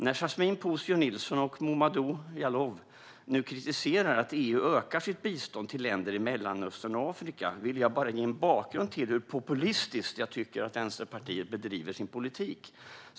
När Yasmine Posio Nilsson och Momodou Jallow nu kritiserar att EU ökar sitt bistånd till länder i Mellanöstern och Afrika vill jag bara ge en bakgrund till hur populistiskt jag tycker att Vänsterpartiet bedriver sin politik.